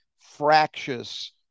fractious